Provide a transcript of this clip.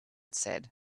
said